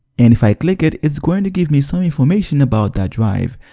and if i click it, it's going to give me some information about that drive.